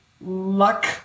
luck